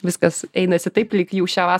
viskas einasi taip lyg jau šią vasarą